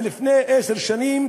מלפני עשר שנים,